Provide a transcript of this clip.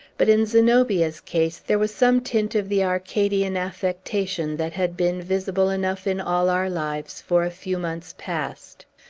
but in zenobia's case there was some tint of the arcadian affectation that had been visible enough in all our lives for a few months past.